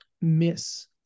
miss